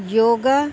yoga